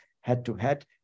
head-to-head